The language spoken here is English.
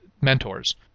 mentors